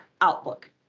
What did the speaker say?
Outlook